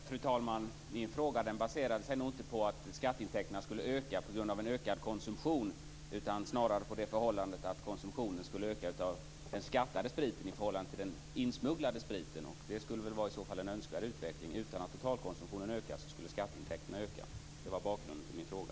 Fru talman! Min fråga baserade sig inte på att skatteintäkterna skulle öka på grund av en höjd konsumtion utan snarare på det förhållandet att konsumtionen av beskattad sprit skulle öka i förhållande till den insmugglade spriten. Det skulle väl i så fall vara en önskvärd utveckling. Skatteintäkterna skulle öka utan att totalkonsumtionen höjs. Det var bakgrunden till min fråga.